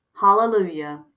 hallelujah